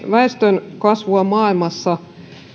väestönkasvua maailmassa